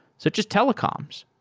such as telecoms.